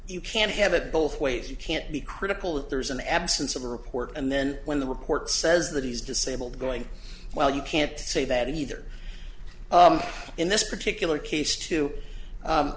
you can't have it both ways you can't be critical that there's an absence of a report and then when the report says that he's disabled going well you can't say that either in this particular case to